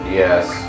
yes